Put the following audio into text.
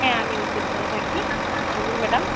হ্যাঁ আমি রিসেপশানে থাকি বলুন ম্যাডাম